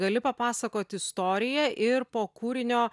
gali papasakot istoriją ir po kūrinio